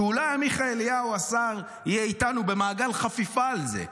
שאולי עמיחי אליהו השר יהיה איתנו במעגל חפיפה על זה,